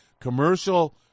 commercial